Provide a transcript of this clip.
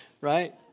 right